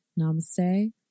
Namaste